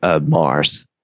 Mars